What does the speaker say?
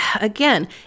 again